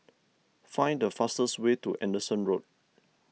find the fastest way to Anderson Road